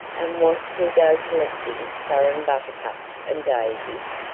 and want to go collecting furren buttercups and daisies,